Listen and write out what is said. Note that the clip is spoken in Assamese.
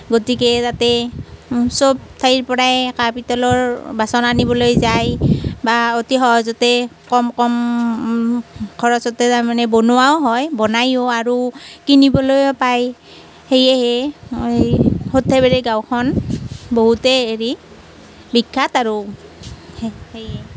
গতিকে তাতেই চব ঠাইৰ পৰাই কাঁহ পিতলৰ বাচন আনিবলৈ যায় বা অতি সহজতে কম কম খৰচতে তাৰ মানে বনোৱাও হয় বনাইও আৰু কিনিবলৈও পায় সেয়েহে সৰ্থেবাৰী গাঁওখন বহুতে হেৰি বিখ্যাত আৰু সে সেয়ে